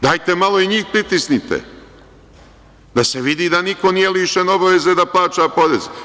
Dajte malo i njih pritisnite, da se vidi da niko nije lišen obaveze da plaća porez.